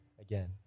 again